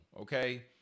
okay